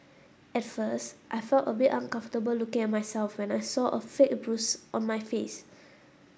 at first I felt a bit uncomfortable looking at myself when I saw a fake bruise on my face